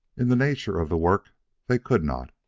in the nature of the work they could not,